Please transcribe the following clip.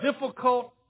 difficult